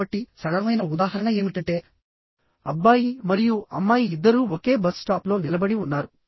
కాబట్టి సరళమైన ఉదాహరణ ఏమిటంటే అబ్బాయి మరియు అమ్మాయి ఇద్దరూ ఒకే బస్ స్టాప్లో నిలబడి ఉన్నారు